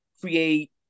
create